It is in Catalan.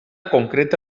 concreta